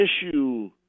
issue